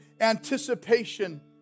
anticipation